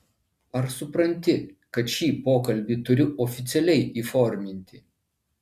ar supranti kad šį pokalbį turiu oficialiai įforminti